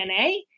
DNA